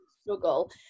struggle